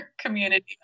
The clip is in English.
community